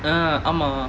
uh ஆமா:aamaa